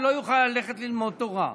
לא יוכל ללכת ללמוד תורה.